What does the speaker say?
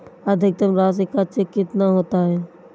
अधिकतम राशि का चेक कितना होता है?